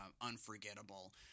unforgettable